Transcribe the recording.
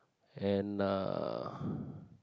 and uh